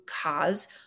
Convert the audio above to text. cause